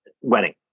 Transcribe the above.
wedding